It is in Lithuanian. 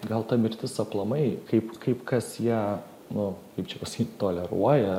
gal ta mirtis aplamai kaip kaip kas ją nu kaip čia pasakyt toleruoja